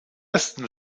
ersten